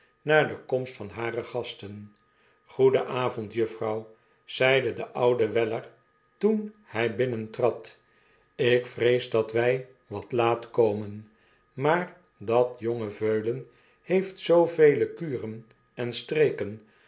naar de komst van hare gasten goeden avond juffrouw zeide de oude weller toen hij binnentrad ik vrees dat wij wat laat komen maar dat jonge veulen heeft zoovele kuren en streken